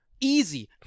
Easy